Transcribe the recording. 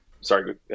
Sorry